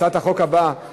הצעת החוק הבאה,